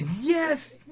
Yes